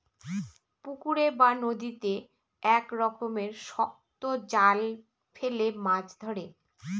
পুকুরে বা নদীতে এক রকমের শক্ত জাল ফেলে মাছ ধরে